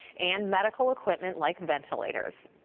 and medical equipment like ventilators.